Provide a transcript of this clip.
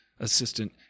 Assistant